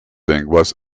lenguas